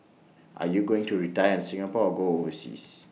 are you going to retire in Singapore or go overseas